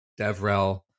DevRel